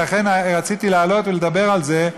ולכן רציתי לעלות ולדבר על זה,